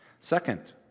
Second